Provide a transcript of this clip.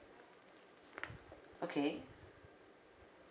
okay